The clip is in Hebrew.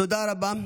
תודה רבה.